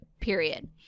period